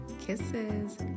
kisses